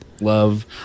love